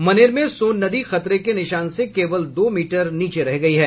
मनेर में सोन नदी खतरे के निशान से केवल दो मीटर नीचे रह गयी है